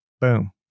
Boom